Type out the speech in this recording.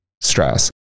stress